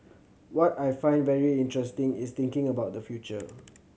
what I find very interesting is thinking about the future